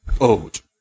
old